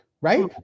right